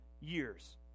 years